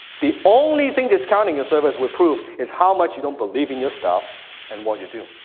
the only thing discounting your service will prove is how much you don't believe in your stuff and what you do.